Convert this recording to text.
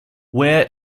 where